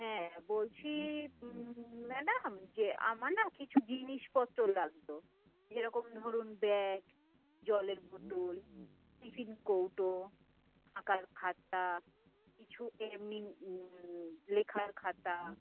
হ্যাঁ বলছি ম্যাডাম যে আমার না কিছু জিনিসপত্র লাগতো যেরকম ধরুন ব্যাগ জলের বোতল টিফিন কৌটো আঁকার খাতা কিছু এমনি লেখার খাতা